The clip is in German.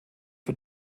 für